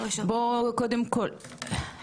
בואו קודם כל,